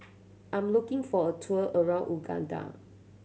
I'm looking for a tour around Uganda